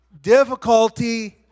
difficulty